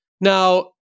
Now